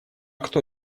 кто